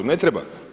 Ne treba.